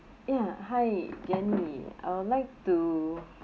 ya hi janice I would like to